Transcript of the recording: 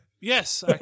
Yes